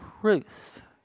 truth